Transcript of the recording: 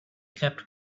kept